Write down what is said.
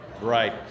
Right